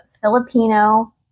Filipino